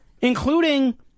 including